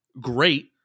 great